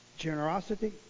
Generosity